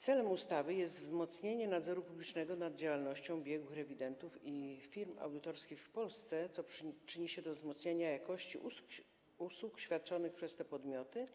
Celem ustawy jest wzmocnienie nadzoru publicznego nad działalnością biegłych rewidentów i firm audytorskich w Polsce, co przyczyni się do wzmocnienia jakości usług świadczonych przez te podmioty,